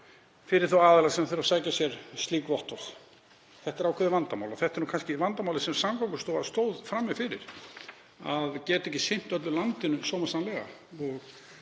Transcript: fyrir þá aðila sem þurfa að sækja sér slík vottorð. Þetta er ákveðið vandamál og þetta er kannski vandamálið sem Samgöngustofa stóð frammi fyrir, að geta ekki sinnt öllu landinu sómasamlega.